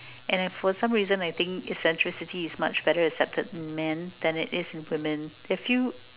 and I for some reason I think eccentricity is more accepted in men than in women they feel